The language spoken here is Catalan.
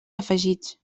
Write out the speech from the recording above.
afegits